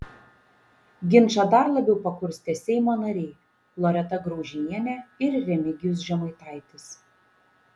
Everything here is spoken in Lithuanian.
ginčą dar labiau pakurstė seimo nariai loreta graužinienė ir remigijus žemaitaitis